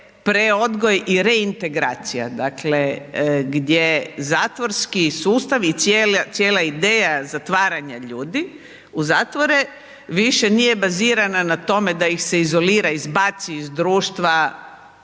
preodgoj i reintegracija, dakle gdje zatvori sustav i cijela ideja zatvaranja ljudi u zatvore, više nije bazirana na tome da ih se izolira, izbaci iz društva